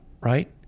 right